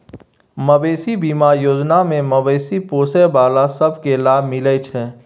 मबेशी बीमा योजना सँ मबेशी पोसय बला सब केँ लाभ मिलइ छै